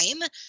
time